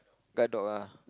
guard dog ah